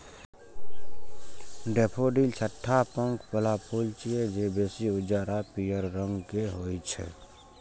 daffodil छह टा पंख बला फूल छियै, जे बेसी उज्जर आ पीयर रंग के होइ छै